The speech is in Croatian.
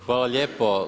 Hvala lijepo.